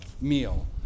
meal